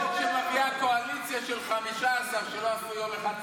זה חוק שמביאה הקואליציה של 15 שלא עשו יום אחד צבא.